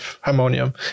Harmonium